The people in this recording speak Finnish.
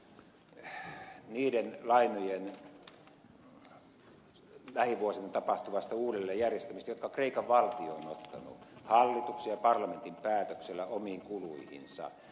kyse on siis niiden lainojen lähivuosina tapahtuvasta uudelleenjärjestämisestä jotka kreikan valtio on ottanut hallituksen ja parlamentin päätöksellä omiin kuluihinsa